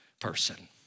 person